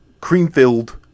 cream-filled